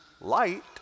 light